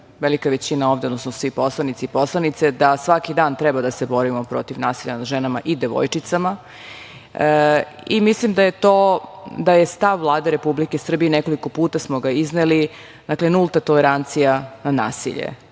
velika većina ovde, odnosno svi poslanici i poslanice, da svaki dan treba da se borimo protiv nasilja nad ženama i devojčicama. Mislim da je stav Vlade Republike Srbije, i nekoliko puta smo ga izneli, nulta tolerancija na nasilje,